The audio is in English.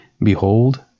Behold